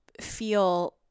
feel